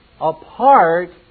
apart